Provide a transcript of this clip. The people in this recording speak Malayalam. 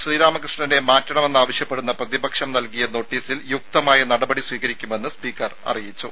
ശ്രീരാമകൃഷ്ണനെ മാറ്റണമെന്നാവശ്യപ്പെടുന്ന പ്രതിപക്ഷം നൽകിയ നോട്ടീസിൽ യുക്തമായ നടപടി സ്വീകരിക്കുമെന്ന് സ്പീക്കർ അറിയിച്ചു